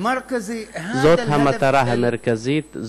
זאת המטרה המרכזית.